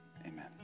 Amen